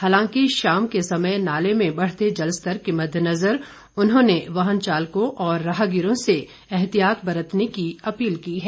हालांकि शाम के समय नाले में बढ़ते जलस्तर के मददेनजर उन्होंने वाहन चालकों और राहगीरों से ऐहतियात बरतने की अपील की है